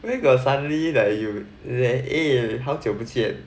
where got suddenly like you there eh 好久不见